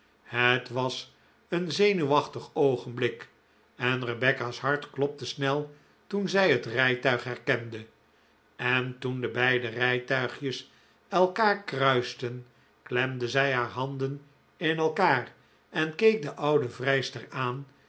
het was een zenuwachtig oogenblik en rebecca's hart klopte snel toen zij het rijtuig herkende en toen de beide rijtuigjes elkaar kruisten klemde zij haar handen in elkaar en keek de oude vrijster aan